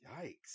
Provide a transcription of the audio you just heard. Yikes